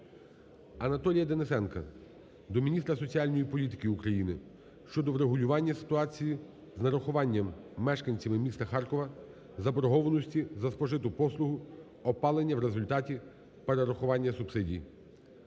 Анатолія Денисенка до міністра соціальної політики України щодо врегулювання ситуації з нарахуванням мешканцям міста Харкова заборгованості за спожиту послугу опалення в результаті перерахунку субсидій.